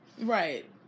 Right